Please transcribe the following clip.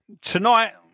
Tonight